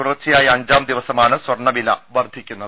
തുടർച്ചയായ അഞ്ചാംദിവസമാണ് സ്വർണവില വർധി ക്കുന്നത്